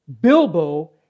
Bilbo